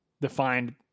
Defined